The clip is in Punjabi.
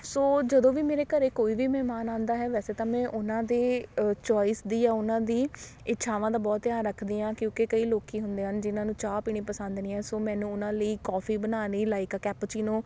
ਸੋ ਜਦੋਂ ਵੀ ਮੇਰੇ ਘਰ ਕੋਈ ਵੀ ਮਹਿਮਾਨ ਆਉਂਦਾ ਹੈ ਵੈਸੇ ਤਾਂ ਮੈਂ ਉਹਨਾਂ ਦੇ ਚੋਇਸ ਦੀ ਜਾਂ ਉਹਨਾਂ ਦੀ ਇੱਛਾਵਾਂ ਦਾ ਬਹੁਤ ਧਿਆਨ ਰੱਖਦੀ ਹਾਂ ਕਿਉਂਕਿ ਕਈ ਲੋਕ ਹੁੰਦੇ ਹਨ ਜਿਹਨਾਂ ਨੂੰ ਚਾਹ ਪੀਣੀ ਪਸੰਦ ਨਹੀਂ ਹੈ ਸੋ ਮੈਨੂੰ ਉਹਨਾਂ ਲਈ ਕੌਫੀ ਬਣਾਉਣੀ ਲਾਇਕ ਆ ਕੈਪਚੀਨੋ